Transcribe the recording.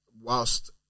whilst